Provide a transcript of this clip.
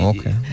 Okay